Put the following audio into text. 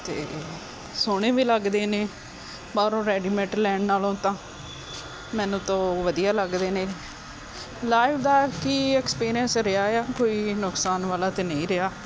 ਅਤੇ ਸੋਹਣੇ ਵੀ ਲੱਗਦੇ ਨੇ ਪਰ ਬਾਹਰੋ ਰੈਡੀਮੇਟ ਲੈਣ ਨਾਲੋਂ ਤਾਂ ਮੈਨੂੰ ਤਾਂ ਉਹ ਵਧੀਆ ਲੱਗਦੇ ਨੇ ਲਾਈਵ ਦਾ ਕੀ ਐਕਸਪਲੇਨਸ ਰਿਹਾ ਆ ਕੋਈ ਨੁਕਸਾਨ ਵਾਲਾ ਤਾਂ ਨਹੀਂ ਰਿਹਾ